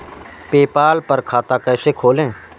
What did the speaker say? PayPal पर खाता कैसे खोलें?